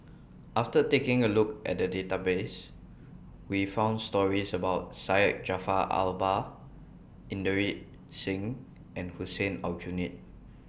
after taking A Look At The Database We found stories about Syed Jaafar Albar Inderjit Singh and Hussein Aljunied